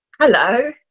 Hello